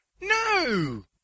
No